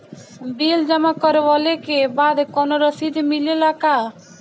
Bill जमा करवले के बाद कौनो रसिद मिले ला का?